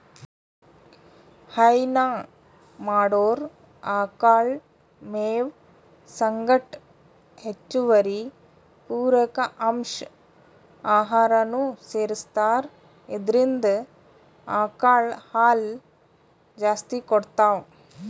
ಹೈನಾ ಮಾಡೊರ್ ಆಕಳ್ ಮೇವ್ ಸಂಗಟ್ ಹೆಚ್ಚುವರಿ ಪೂರಕ ಅಂಶ್ ಆಹಾರನೂ ಸೆರಸ್ತಾರ್ ಇದ್ರಿಂದ್ ಆಕಳ್ ಹಾಲ್ ಜಾಸ್ತಿ ಕೊಡ್ತಾವ್